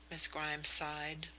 miss grimes sighed.